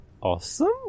Awesome